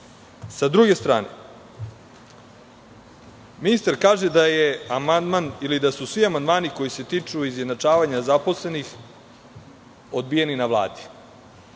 druge strane, ministar kaže da su svi amandmani koji se tiču izjednačavanja zaposlenih odbijeni na Vladi.